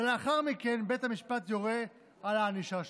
ולאחר מכן בית המשפט יורה על הענישה שלו.